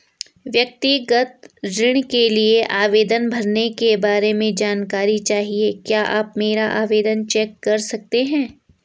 व्यक्तिगत ऋण के लिए आवेदन भरने के बारे में जानकारी चाहिए क्या आप मेरा आवेदन चेक कर सकते हैं?